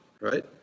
right